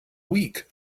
week